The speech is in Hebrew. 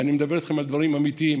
ואני מדבר איתכם על דברים אמיתיים.